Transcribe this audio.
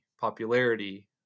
popularity